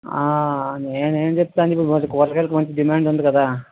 నేనేం చెప్తానండి ఇప్పుడు కూరగాయలకు మంచి డిమాండ్ ఉంది కదా